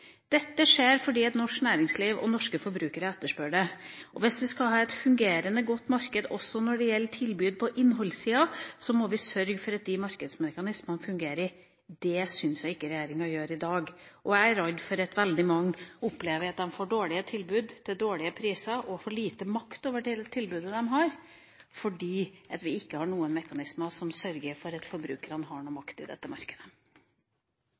Dette skjer fordi norsk næringsliv og norske forbrukere etterspør det. Og hvis vi skal ha et fungerende, godt marked også når det gjelder tilbud på innholdssida, må vi sørge for at de markedsmekanismene fungerer. Det syns jeg ikke regjeringa gjør i dag. Og jeg er redd for at veldig mange opplever at de får dårlige tilbud til dårlige priser og får lite makt over det tilbudet de har, fordi vi ikke har noen mekanismer som sørger for at forbrukerne har noe makt i dette markedet.